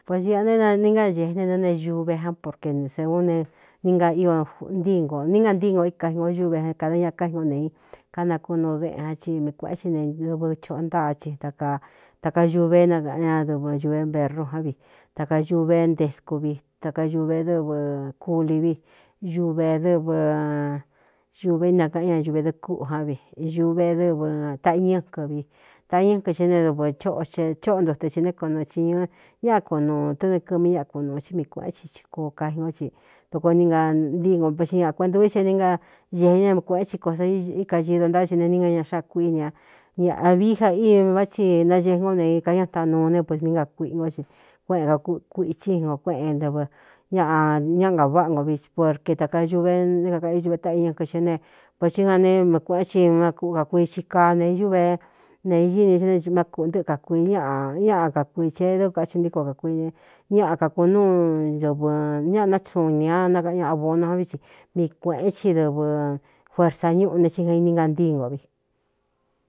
Vo sia ne ningañēe ne ne ne ñuve án porke sāun ne ni na ío ntíi nkō níngantíi ngo í kai nko ñúve n kāda ñaa kái ngó nē i kanakú nuu deꞌen jan ci mii kuēꞌéen ci ne dɨvɨ choꞌo ntáa chi ataka ñuve é nakaꞌan ñadɨvɨ ñūvé mberru ján vi taka ñuve ntescu vi taka ñuve dɨvɨ kuli vi uve dɨvɨ ñuve nakaꞌan ña ñūve dɨɨkúꞌu ján vi ñūve dɨɨ taꞌiñɨ́kɨn vi tañɨ́kɨ xi é ne duvɨ hꞌo xe chóꞌo ntute xī né konɨ chiñu ñáꞌa ku nuu tɨ́nɨkɨmí ñáku nūu tí mii kuēꞌén thi koo kaji nkó ti doko ni na ntíi ngo pe xi ñaꞌa kueꞌentāūvi xe e n na ēe ña m kuēꞌen thi ko sa íkañido ntá chi ne nínga ña xáa kuííni a ñaꞌvií ja ívi vá ti nañee ngó neei kañá taꞌan nuu ne ps ni nga kuiꞌi no i kuéꞌen kakuichí nko kuéꞌen ntɨvɨ ñꞌ ñaꞌa nga váꞌa ngo vi porke taka ñuve né kakaꞌ o ñuꞌve taꞌiñɨ́kɨ xíé ne potsí é jan né mii kueꞌén thi má kú kakuii xi kaa ne ñuve ne iñini ti nemá kuꞌntɨ́ꞌɨ kakuii ñ ñáꞌa kakui chi e dókaxɨ ntíko kākui ne ñaꞌa kaku núu dɨvɨ ñaꞌa nátsuun nī a nakaꞌan ñaꞌa bono ján vi tsi mii kuēꞌén ci dɨvɨ fuersa ñúꞌu ne ci jan ini ngantíi ngo vi.